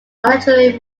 artillery